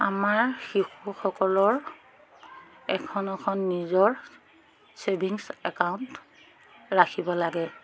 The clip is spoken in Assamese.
আমাৰ শিশুসকলৰ এখন এখন নিজৰ ছেভিংছ একাউণ্ট ৰাখিব লাগে